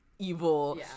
evil